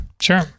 Sure